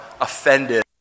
offended